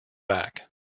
back